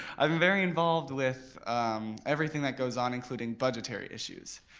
i've been very involved with everything that goes on including budgetary issues.